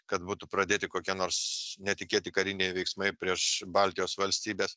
kad būtų pradėti kokie nors netikėti kariniai veiksmai prieš baltijos valstybes